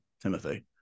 Timothy